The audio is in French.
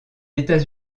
états